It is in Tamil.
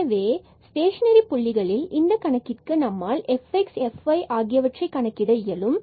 எனவே ஸ்டேஷனரி புள்ளிகளில் இந்த கணக்கிற்கு நம்மால் fx and fy ஆகியவற்றை கணக்கிட இயலும்